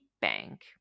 bank